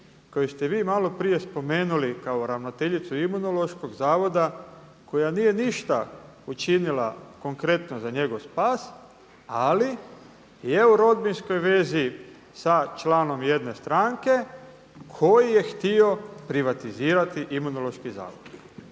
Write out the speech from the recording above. koju ste vi malo prije spomenuli kao ravnateljicu Imunološkog zavoda koja nije ništa učinila konkretno za njegov spas ali je u rodbinskoj vezi sa članov jedne stranke koji je htio privatizirati Imunološki zavod.